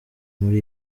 muri